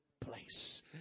place